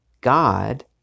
God